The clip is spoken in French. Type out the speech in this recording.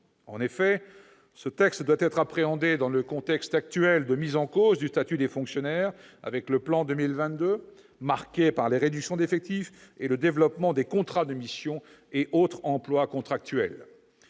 En effet, ce texte doit être appréhendé dans le contexte actuel de mise en cause du statut des fonctionnaires, avec le « plan 2022 » de réduction d'effectifs et de développement des contrats de mission et autres emplois contractuels.